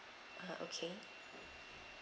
uh okay